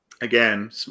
again